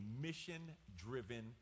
mission-driven